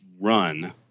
run